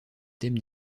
thèmes